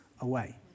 away